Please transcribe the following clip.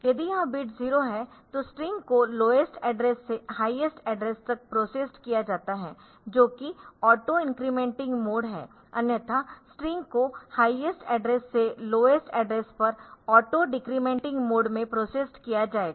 यदि यह बिट 0 है तो स्ट्रिंग को लोएस्ट एड्रेस से हाईएस्ट एड्रेस तक प्रोसेस्ड किया जाता है जो कि ऑटोइंक्रीमेन्टिंगमोड है अन्यथा स्ट्रिंग को हाईएस्ट एड्रेस से लोअर एड्रेस पर ऑटो डिक्रीमेंटिंग मोड में प्रोसेस्ड किया जाएगा